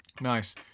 Nice